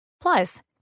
Plus